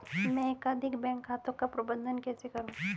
मैं एकाधिक बैंक खातों का प्रबंधन कैसे करूँ?